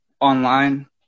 online